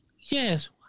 yes